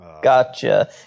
Gotcha